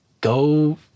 Go